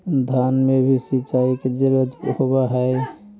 धान मे भी सिंचाई के जरूरत होब्हय?